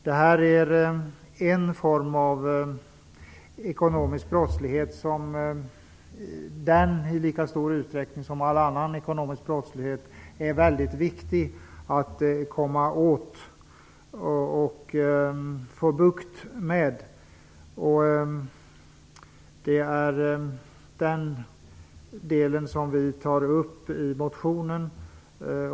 Det här är en form av ekonomisk brottslighet, och den är liksom all annan ekonomisk brottslighet väldigt viktig att komma åt och få bukt med. Det är den delen vi tar upp i motionen.